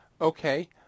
Okay